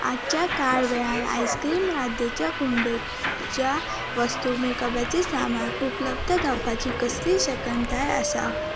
आयजच्या कांय वेळान आयस्क्रीम रांदेच्या कुंडयच्या वस्तू मेकअपाचें सामान उपलब्ध जावपाची कसलीय शक्यताय आसा